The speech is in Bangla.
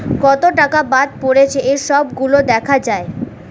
কত টাকা বাদ পড়েছে এই সব গুলো দেখা যায়